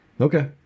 Okay